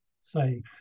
say